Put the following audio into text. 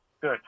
Good